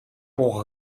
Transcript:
pour